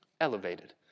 elevated